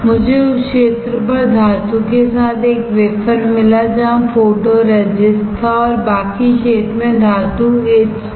मुझे उस क्षेत्र पर धातु के साथ एक वेफर मिला जहां फोटोरेजिस्ट था और बाकी क्षेत्र में धातु etched था